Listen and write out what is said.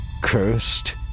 cursed